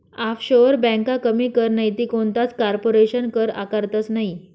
offshore ब्यांका कमी कर नैते कोणताच कारपोरेशन कर आकारतंस नयी